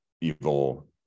evil